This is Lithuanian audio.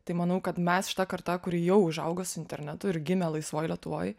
tai manau kad mes šita karta kuri jau užaugo su internetu ir gimė laisvoj lietuvoj